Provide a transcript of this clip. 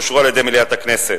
אושרו על-ידי מליאת הכנסת.